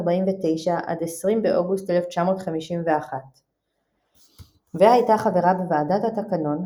- 20 באוגוסט 1951. והייתה חברה בוועדת התקנון,